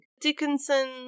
dickinson